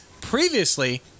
previously